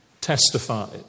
testified